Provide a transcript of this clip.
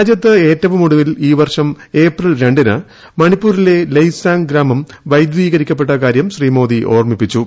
രാജ്യത്ത് ഏറ്റവും ഒടുവിൽ ഈ വർഷം ഏപ്രിൽ രണ്ടിന് മണിപ്പൂരിലെ ലെയ്സാൻങ് ഗ്രാമം വൈദ്യുതീകരിക്കപ്പെട്ട കാര്യം ശ്രീ മോദി ഓർമ്മിപ്പിച്ചു